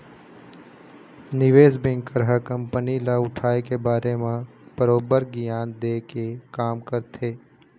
निवेस बेंकर ह कंपनी ल उठाय के बारे म बरोबर गियान देय के काम करथे